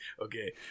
Okay